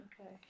Okay